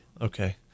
Okay